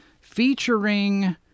featuring